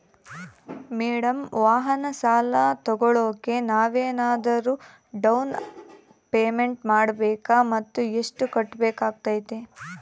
Madam ವಾಹನ ಸಾಲ ತೋಗೊಳೋಕೆ ನಾವೇನಾದರೂ ಡೌನ್ ಪೇಮೆಂಟ್ ಮಾಡಬೇಕಾ ಮತ್ತು ಎಷ್ಟು ಕಟ್ಬೇಕಾಗ್ತೈತೆ?